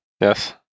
Yes